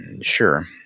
Sure